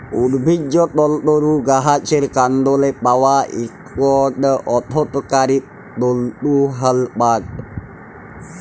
উদ্ভিজ্জ তলতুর গাহাচের কাল্ডলে পাউয়া ইকট অথ্থকারি তলতু হ্যল পাট